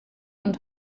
und